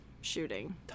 shooting